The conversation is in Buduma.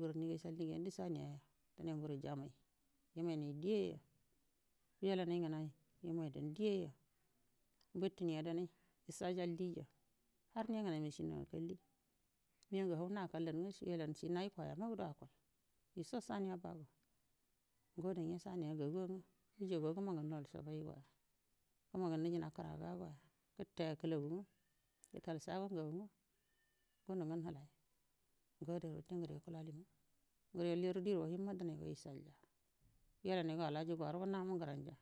woco saniya gai jamai hamal yemmadai diyya bittini dan gacadan diyya har ye ngenai yakalli mego hai nakalli hai koyamagudu aculja dukco baniya bowa mun ngoda ange wu ya go nal ngen saiya nge ge magan niyino kwayuman goa getaiya kilaga shagonma wununu hai ngo ada yoyo lede doimin yerran nigo yen bargada.